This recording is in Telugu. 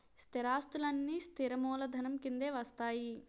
స్థిరాస్తులన్నీ స్థిర మూలధనం కిందే వస్తాయి